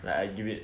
like I give it